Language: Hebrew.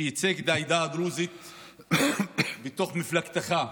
ייצג את העדה הדרוזית בתוך מפלגתך,